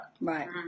Right